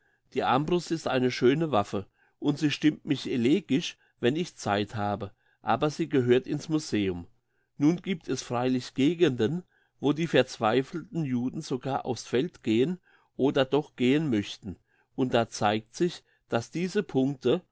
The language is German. die armbrust ist eine schöne waffe und sie stimmt mich elegisch wenn ich zeit habe aber sie gehört in's museum nun gibt es freilich gegenden wo die verzweifelten juden sogar aufs feld gehen oder doch gehen möchten und da zeigt sich dass diese punkte